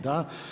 Da.